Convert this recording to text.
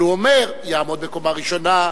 אבל הוא אומר: יעמוד בקומה ראשונה,